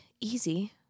easy